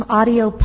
audio